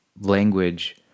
language